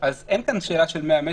אז אין כאן שאלה של 100 מטר,